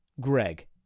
Greg